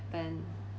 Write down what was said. japan